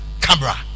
camera